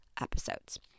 episodes